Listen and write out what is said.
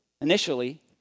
initially